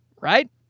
right